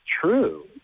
true